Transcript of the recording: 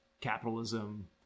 capitalism